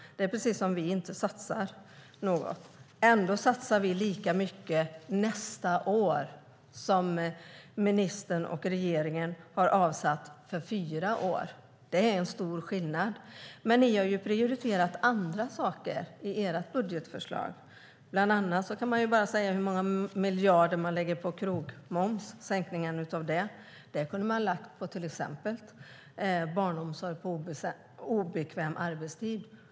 Det är precis som att vi inte satsar något. Ändå satsar vi lika mycket nästa år som ministern och regeringen har avsatt för fyra år. Det är en stor skillnad. Ni har ju prioriterat andra saker i ert budgetförslag. Bland annat kan jag nämna hur många miljarder man lägger på sänkningen av krogmoms. Det kunde man ha lagt på till exempel barnomsorg på obekväm arbetstid.